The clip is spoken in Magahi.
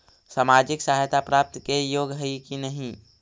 सामाजिक सहायता प्राप्त के योग्य हई कि नहीं?